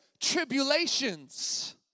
tribulations